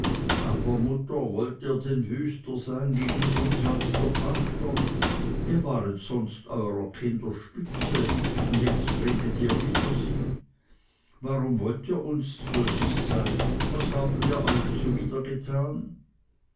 aber mutter wollt ihr denn wüster gegen uns sein als der vater ihr waret sonst eurer kinder stütze und jetzt redet ihr wider sie warum wollt ihr uns z'böst sein was haben wir euch zuwider getan